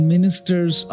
Ministers